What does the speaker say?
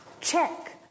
check